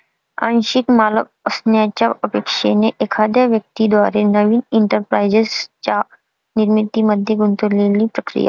आंशिक मालक असण्याच्या अपेक्षेने एखाद्या व्यक्ती द्वारे नवीन एंटरप्राइझच्या निर्मितीमध्ये गुंतलेली प्रक्रिया